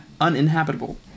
uninhabitable